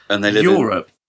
Europe